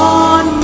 on